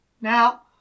Now